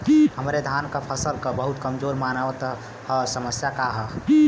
हमरे धान क फसल बहुत कमजोर मनावत ह समस्या का ह?